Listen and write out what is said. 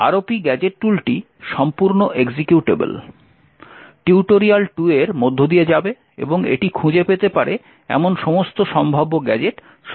ROP gadget টুলটি সম্পূর্ণ executable tutorial 2 এর মধ্য দিয়ে যাবে এবং এটি খুঁজে পেতে পারে এমন সমস্ত সম্ভাব্য গ্যাজেট সনাক্ত করবে